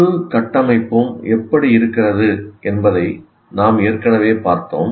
முழு கட்டமைப்பும் எப்படி இருக்கிறது என்பதை நாம் ஏற்கனவே பார்த்தோம்